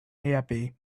happy